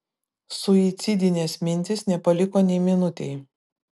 suicidinės mintys nebepaliko nei minutei